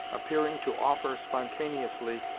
appearing to offer spontaneously,